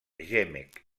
gemec